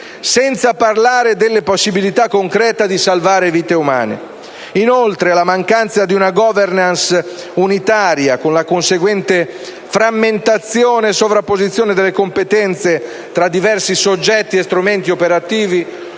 Senza parlare della possibilità concreta di salvare vite umane. Inoltre, la mancanza di una *governance* unitaria, con la conseguente frammentazione e sovrapposizione delle competenze tra diversi soggetti e strumenti operativi,